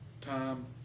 time